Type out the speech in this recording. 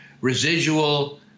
residual